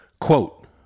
quote